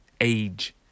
age